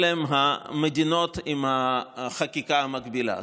אלה הן המדינות עם החקיקה המגבילה.